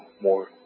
more